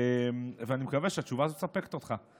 אני מקווה שהתשובה מספקת אותך,